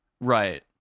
Right